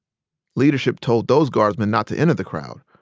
leadership told those guardsmen not to enter the crowd,